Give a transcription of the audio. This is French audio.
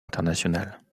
international